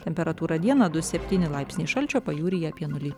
temperatūra dieną du septyni laipsniai šalčio pajūryje apie nulį